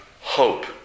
hope